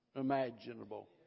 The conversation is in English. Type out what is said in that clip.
imaginable